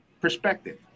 Perspective